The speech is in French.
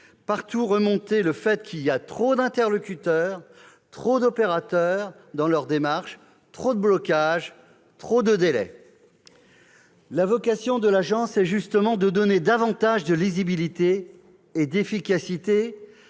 partout remonter le fait qu'il y a trop d'interlocuteurs, trop d'opérateurs dans leurs démarches, trop de blocages, trop de délais. La vocation de l'agence est justement de « donner davantage de lisibilité et d'efficacité